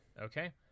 Okay